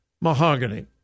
Mahogany